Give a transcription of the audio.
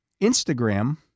Instagram